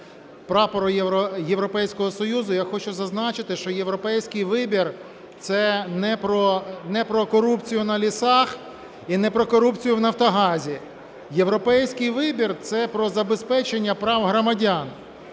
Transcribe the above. прапору Європейського Союзу я хочу зазначити, що європейський вибір – це не про корупцію на лісах і не про корупцію в Нафтогазі. Європейський вибір – це про забезпечення прав громадян.